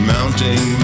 Mounting